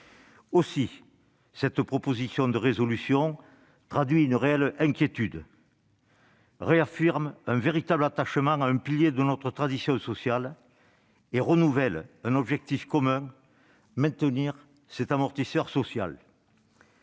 Aussi, cette proposition de résolution traduit une réelle inquiétude, réaffirme un véritable attachement à un pilier de notre tradition sociale et renouvelle un objectif commun : maintenir cet amortisseur social.